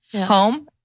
home